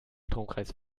stromkreis